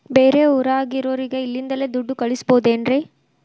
ಬೇರೆ ಊರಾಗಿರೋರಿಗೆ ಇಲ್ಲಿಂದಲೇ ದುಡ್ಡು ಕಳಿಸ್ಬೋದೇನ್ರಿ?